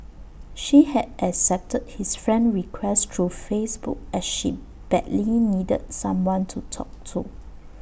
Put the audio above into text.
she had accepted his friend request through Facebook as she badly needed someone to talk to